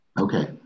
Okay